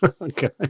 Okay